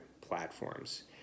platforms